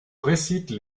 récite